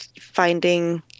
finding